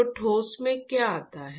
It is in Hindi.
तो ठोस में क्या आता है